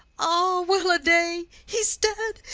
ah, weraday! he's dead,